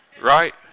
right